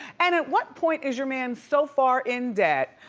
and at what point is your man so far in debt?